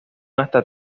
hasta